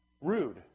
rude